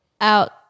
out